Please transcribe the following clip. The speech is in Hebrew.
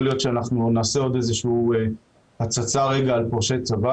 יכול להיות שנעשה הצצה על פורשי צבא,